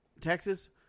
Texas